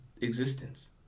existence